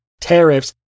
tariffs